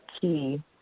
key